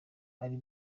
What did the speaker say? ari